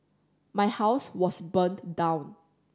my house was burned down